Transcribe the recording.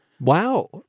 Wow